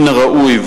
מן הראוי,